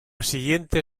siguiente